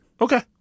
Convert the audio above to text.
Okay